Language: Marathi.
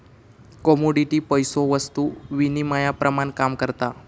कमोडिटी पैसो वस्तु विनिमयाप्रमाण काम करता